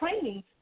training